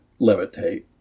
levitate